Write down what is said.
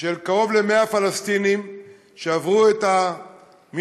של קרוב ל-100 פלסטינים שעברו את המכשול,